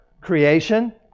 creation